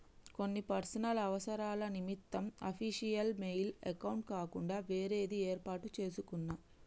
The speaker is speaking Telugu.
కొన్ని పర్సనల్ అవసరాల నిమిత్తం అఫీషియల్ మెయిల్ అకౌంట్ కాకుండా వేరేది యేర్పాటు చేసుకున్నా